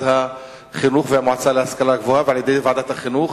החינוך והמועצה להשכלה גבוהה ובוועדת החינוך.